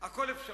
הכול אפשרי.